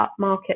upmarket